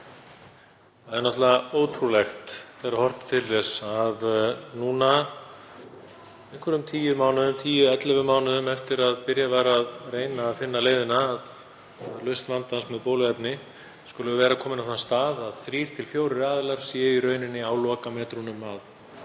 Það er náttúrlega ótrúlegt þegar horft er til þess að núna, um 11 mánuðum eftir að byrjað var að reyna að finna leiðina að lausn vandans með bóluefni, skulum við vera komin á þann stað að þrír til fjórir aðilar séu í rauninni á lokametrunum að